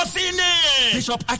Bishop